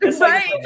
Right